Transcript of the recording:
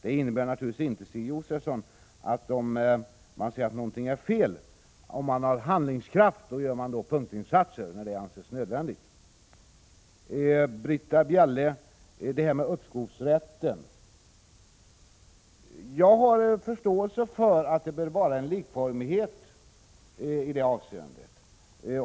Men om man anser att någonting är fel, Stig Josefson, och man har handlingskraft gör man naturligtvis punktinsatser när så anses nödvändigt. Till Britta Bjelle vill jag beträffande uppskovsrätten säga att jag har förståelse för uppfattningen att det bör föreligga likformighet i det avseendet.